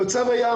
במצב הים,